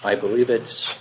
i believe it's